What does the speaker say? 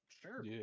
sure